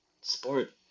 sport